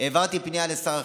העברתי פנייה לשר החינוך,